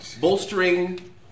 bolstering